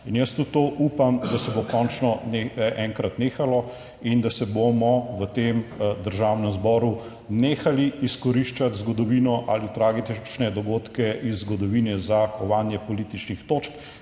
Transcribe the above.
In jaz tudi to upam, da se bo končno enkrat nehalo in da se bomo v tem Državnem zboru nehali izkoriščati zgodovino ali tragične dogodke iz zgodovine za kovanje političnih točk